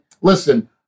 listen